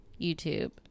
YouTube